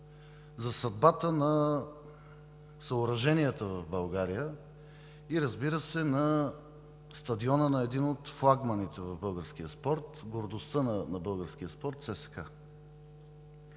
за съдбата на съоръженията в България и, разбира се, на стадиона на един от флагманите в българския спорт, гордостта на българския спорт – ЦСКА.